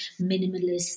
minimalist